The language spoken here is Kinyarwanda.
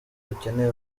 rukeneye